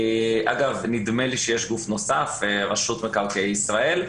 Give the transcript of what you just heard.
אגב, נדמה לי שיש גוף נוסף, רשות מקרקעי ישראל,